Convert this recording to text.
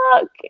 look